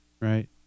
right